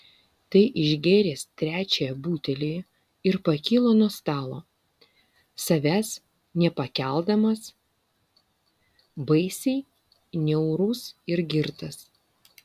tai išgėrė trečią butelį ir pakilo nuo stalo savęs nepakeldamas baisiai niaurus ir girtas